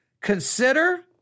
Consider